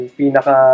pinaka